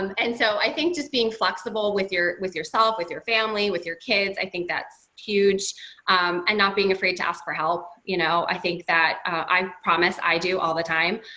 um and so i think just being flexible with your with yourself, with your family, with your kids. i think that's huge and not being afraid to ask for help. you know, i think that, i promise i do all the time.